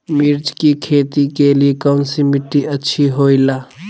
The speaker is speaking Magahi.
मिर्च की खेती के लिए कौन सी मिट्टी अच्छी होईला?